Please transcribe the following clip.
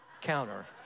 counter